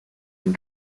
and